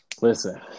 Listen